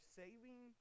saving